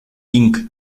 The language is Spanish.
inc